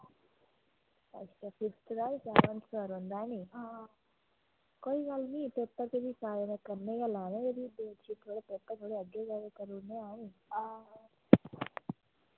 अच्छा फिफ्थ ते सैवंथ दा रौंह्दा नी हां कोई गल्ल नी पेपर ते फ्ही सारें दे कन्नै गै लाने ते फ्ही डेटशीट थोह्ड़े पेपर थोह्ड़े अग्गे करूने आं नी हां